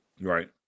Right